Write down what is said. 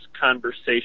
conversation